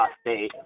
State